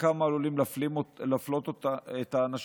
וכמה עלולים להפלות את האנשים.